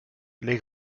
les